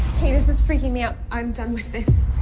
hey, this is freaking me out. i'm done with this.